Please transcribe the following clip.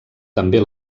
també